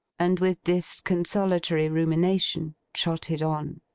and with this consolatory rumination, trotted on.